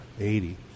Eighty